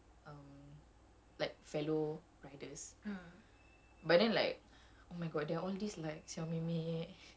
um like fellow riders but then like oh my god they're all this like